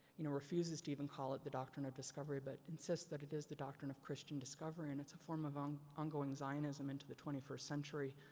you know, refuses even call it the doctrine of discovery. but, insists that it is the doctrine of christian discovery. and it's a form of on, on going zionism into the twenty first century.